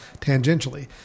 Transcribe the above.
tangentially